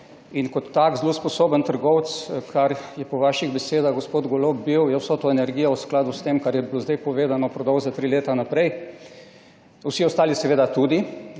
Kot tak zelo sposoben trgovec, kar je po vaših besedah gospod Golob bil, je vso to energijo v skladu s tem, kar je bilo zdaj povedano, prodal za tri leta naprej. Vsi ostali seveda tudi.